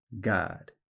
God